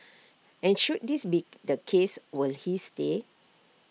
and should this be the case was he stay